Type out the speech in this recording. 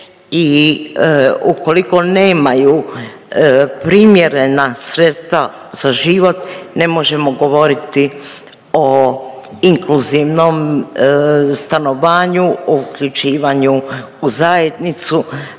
i ukoliko nemaju primjerena sredstva za život ne možemo govoriti o inkluzivnom stanovanju, uključivanju u zajednicu,